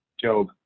Job